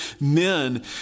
men